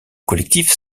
collectif